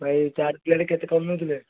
ଭାଇ ଚାଟ୍ ତିଆରି କେତେ କ'ଣ ନେଉଥିଲେ